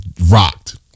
Rocked